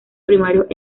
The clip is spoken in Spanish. primarios